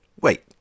Wait